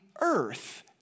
earth